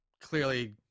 clearly